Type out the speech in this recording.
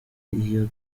iyo